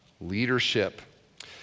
leadership